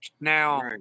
now